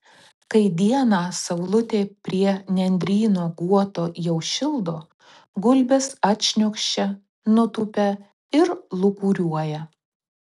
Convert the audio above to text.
kai dieną saulutė prie nendryno guoto jau šildo gulbės atšniokščia nutūpia ir lūkuriuoja